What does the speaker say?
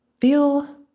feel